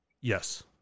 Yes